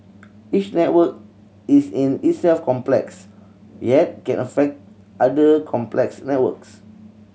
each network is in itself complex yet can affect other complex networks